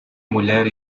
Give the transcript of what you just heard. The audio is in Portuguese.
mulher